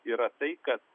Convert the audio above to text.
yra tai kad